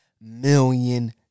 million